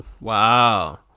Wow